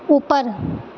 اوپر